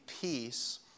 peace